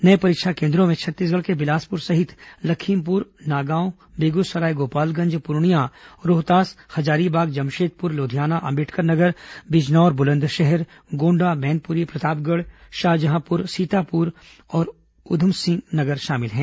नए परीक्षा केन्द्रों में छत्तीसगढ़ के बिलासपुर सहित लखीमपुर नागांव बेगूसराय गोपालगंज पूर्णिया रोहतास हजारीबाग जमशेदपुर लुधियाना अंबेडकरनगर बिजनौर बुलंदशहर गोंडा मैनपुरी प्रतापगढ़ शाहजहांपुर सीतापुर और उधमसिंह नगर शामिल हैं